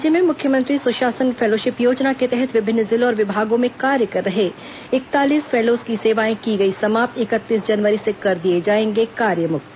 राज्य में मुख्यमंत्री सुशासन फैलोशिप योजना के तहत विभिन्न जिलों और विभागों में कार्य कर रहे इकतालीस फैलोज की सेवाएं की गई समाप्त इकतीस जनवरी से कर दिए जाएंगे कार्यमुक्त